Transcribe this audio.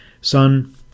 Son